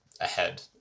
ahead